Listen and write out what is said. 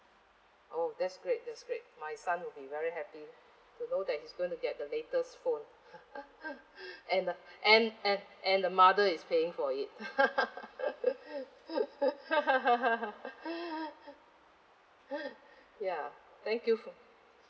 oh that's great that's great my son would be very happy to know that he's gonna get the latest phone and a and and and the mother is paying for it ya thank you